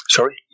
Sorry